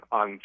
on